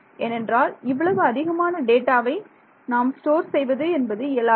ஏனென்றால் இவ்வளவு அதிகமான டேட்டாவை நாம் ஸ்டோர் செய்வது என்பது இயலாதது